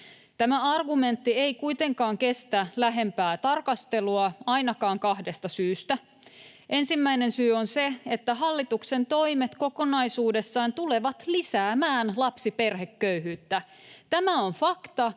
Tämä argumentti ei kuitenkaan kestä lähempää tarkastelua, ainakaan kahdesta syystä: Ensimmäinen syy on se, että hallituksen toimet kokonaisuudessaan tulevat lisäämään lapsiperheköyhyyttä. Tämä on fakta,